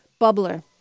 bubbler